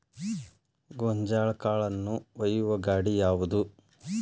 ಗೋಂಜಾಳ ಕಾಳುಗಳನ್ನು ಒಯ್ಯುವ ಗಾಡಿ ಯಾವದು?